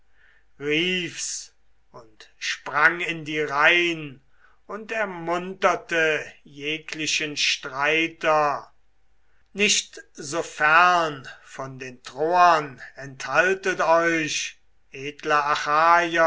rief's und sprang in die reihn und ermunterte jeglichen streiter nicht so fern von den troern enthaltet euch edle